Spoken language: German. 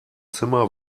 zimmer